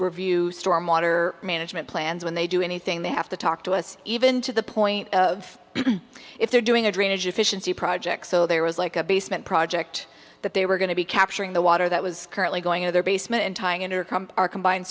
review storm water management plans when they do anything they have to talk to us even to the point of if they're doing a drainage efficiency project so there was like a basement project that they were going to be capturing the water that was currently going in their basement and tying into our combined